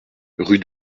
rue